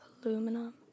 Aluminum